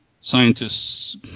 scientists